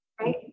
right